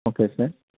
okay sir